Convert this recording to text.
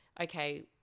okay